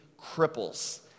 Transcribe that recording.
cripples